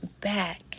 back